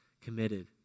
committed